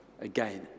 Again